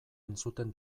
entzuten